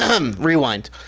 Rewind